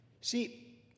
See